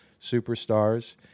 superstars